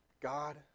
God